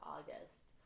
August